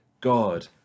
God